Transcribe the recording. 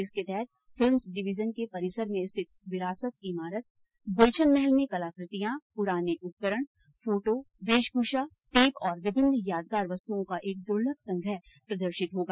इसके तहत Films Division के परिसर में स्थित विरासत इमारत गुलशन महल में कलाकृतियां पुराने उपकरण फोटो वेशमूषा टेप और विभिन्न यादगार वस्तुओं का एक दुर्लभ संग्रह प्रदर्शित होगा